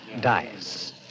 dies